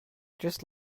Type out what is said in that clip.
just